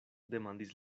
demandis